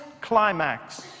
climax